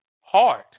Heart